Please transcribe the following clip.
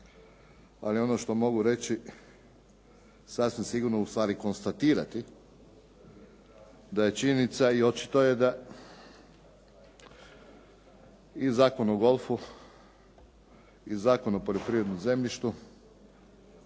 Ali ono što mogu reći, sasvim sigurno ustvari konstatirati, da je činjenica i očito je da i Zakon o golfu i Zakon o poljoprivrednom zemljištu